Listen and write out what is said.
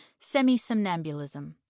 semisomnambulism